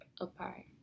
apart